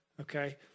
okay